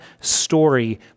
story